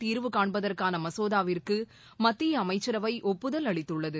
தீர்வுகாண்பதற்கான மசோதாவிற்கு மத்திய அமைச்சரவை ஒப்புதல் அளித்துள்ளது